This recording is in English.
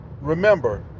Remember